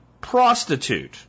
prostitute